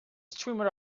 streamer